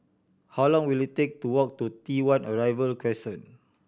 how long will it take to walk to T One Arrival Crescent